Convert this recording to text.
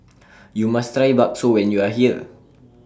YOU must Try Bakso when YOU Are here